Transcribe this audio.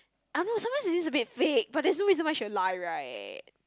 I don't know sometimes it seems a bit fake but there's no reason why she will lie right eh